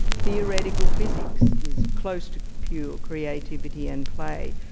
theoretical physics is close to pure creativity and play.